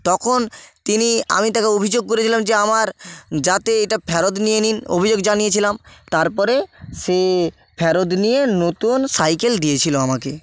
তখন তিনি আমি তাকে অভিযোগ করেছিলাম যে আমার যাতে এটা ফেরত নিয়ে নিন অভিযোগ জানিয়েছিলাম তার পরে সে ফেরত নিয়ে নতুন সাইকেল দিয়েছিল আমাকে